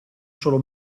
solo